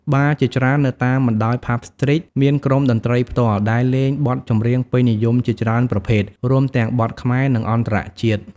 បារជាច្រើននៅតាមបណ្ដោយ ផាប់ ស្ទ្រីត មានក្រុមតន្ត្រីផ្ទាល់ ដែលលេងបទចម្រៀងពេញនិយមជាច្រើនប្រភេទ រួមទាំងបទខ្មែរ និងអន្តរជាតិ។